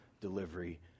delivery